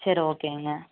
சரி ஓகேங்க